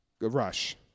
Rush